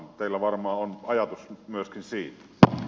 teillä varmaan on ajatus nyt myöskin siitä